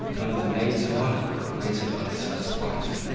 one of the maids of honour who waited on his first wife.